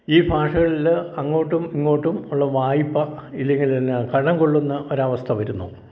ഈ ഭാഷകളിൽ അങ്ങോട്ടും ഇങ്ങോട്ടും ഉള്ള വായ്പ്പാ ഇല്ലെങ്കിലെന്നാൽ കടം കൊള്ളുന്ന ഒരവസ്ഥ വരുന്നു